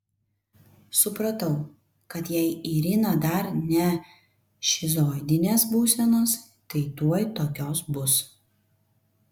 supratau kad jei irina dar ne šizoidinės būsenos tai tuoj tokios bus